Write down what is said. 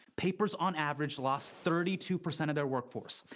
papers on average lost thirty two percent of their workforce.